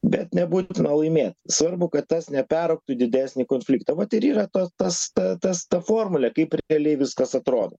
bet nebūtina laimėt svarbu kad tas neperaugtų į didesnį konfliktą vat ir yra tas tas tas ta formulė kaip realiai viskas atrodo